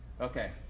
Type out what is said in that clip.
Okay